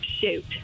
shoot